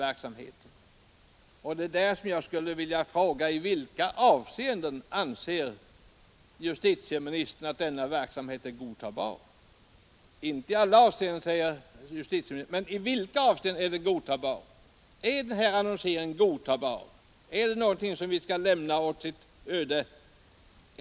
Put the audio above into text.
I vilka avseenden anser justitieministern att denna verksamhet är godtagbar? Inte ”i alla avseenden”, säger justieministern. Är annonseringen godtagbar? Kan vi lämna den åt dess öde?